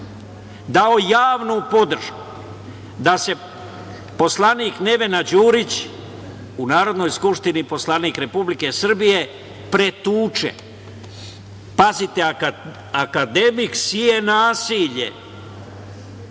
dao javnu podršku da se poslanik Nevena Đurić, u Narodnoj skupštini poslanik Republike Srbije, pretuče. Pazite, akademik seje nasilje.